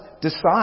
decide